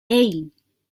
hey